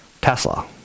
Tesla